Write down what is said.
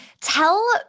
tell